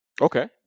okay